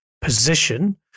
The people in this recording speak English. position